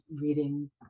reading